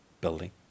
building